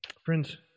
Friends